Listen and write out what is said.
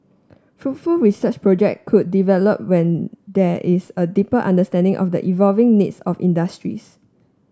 fruitful research project could develop when there is a deeper understanding of the evolving needs of industries